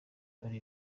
dore